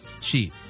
cheap